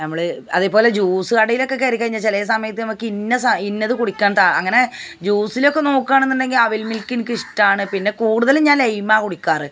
നമ്മൾ അതേപോലെ ജൂസ് കടയിലൊക്കെ കയറിക്കഴിഞ്ഞാൽ ചില സമയത്തൊക്കെ നമുക്കിന്ന സാ ഇന്നത് കുടിക്കാട്ടാൽ അങ്ങനെ ജൂസിലൊക്കെ നോക്കണമെന്നുണ്ടെങ്കിൽ അവിൽ മിൽക്കെനിക്കിഷ്ടമാണ് പിന്നെ കൂടുതലും ഞാനേ ലൈമാണ് കുടിക്കാറ്